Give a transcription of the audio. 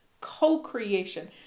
co-creation